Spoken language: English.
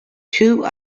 two